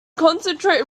concentrate